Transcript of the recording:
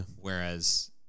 Whereas